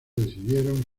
decidieron